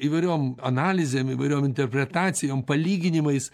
įvairiom analizėm įvairiom interpretacijom palyginimais